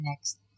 next